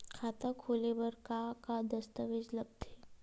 खाता खोले बर का का दस्तावेज लगथे?